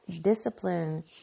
discipline